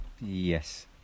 Yes